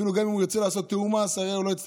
אפילו גם אם הוא ירצה לעשות תיאום מס, הרי